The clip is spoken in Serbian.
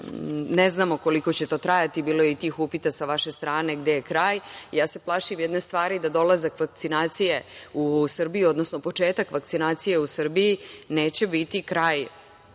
ne znamo koliko će to trajati. Bilo je i tih upita sa vaše strane - gde je kraj. Ja se plašim jedne stvari, da dolazak vakcinacije u Srbiju, odnosno početak vakcinacije u Srbiji neće biti kraj